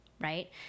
right